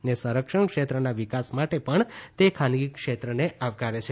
ને સંરક્ષણ ક્ષેત્રના વિકાસ માટે પણ તે ખાનગી ક્ષેત્રને આવકારે છે